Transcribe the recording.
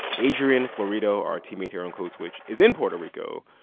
adrian florido, our teammate here on code switch, is in puerto rico,